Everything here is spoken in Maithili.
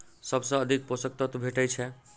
सबसँ अधिक पोसक तत्व भेटय छै?